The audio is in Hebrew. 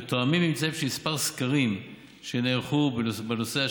ותואמים ממצאים של כמה סקרים שנערכו בנושא,